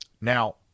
Now